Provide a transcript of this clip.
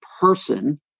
person